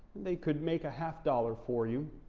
they could make a half dollar for you.